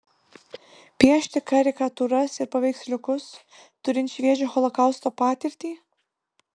piešti karikatūras ir paveiksliukus turint šviežią holokausto patirtį